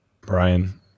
Brian